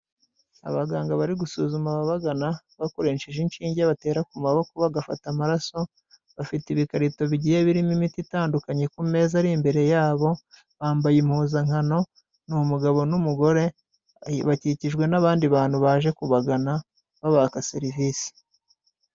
Abaganga bari gusuzuma ababagana bakoresheje inshinge batera ku maboko bagafata amaraso, bafite ibikarito bigiye birimo imiti itandukanye ku meza ari imbere yabo, bambaye impuzankano ni umugabo n'umugore bakikijwe n'abandi bantu baje kubagana babaka serivisi.